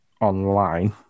online